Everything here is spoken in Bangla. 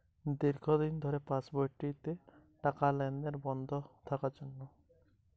আমার পাসবই থেকে টাকা তোলা যাচ্ছে না কেনো?